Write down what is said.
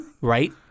Right